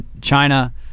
China